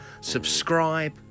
Subscribe